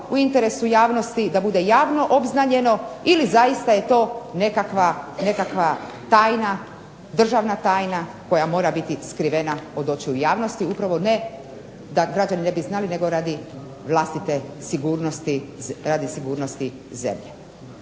u interesu javnosti da bude javno obznanjeno ili zaista je to nekakva tajna, državna tajna koja mora biti skrivena od očiju javnosti, upravo ne da građani ne bi znali, nego radi vlastite sigurnosti,